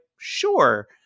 sure